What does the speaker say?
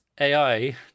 AI